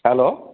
hello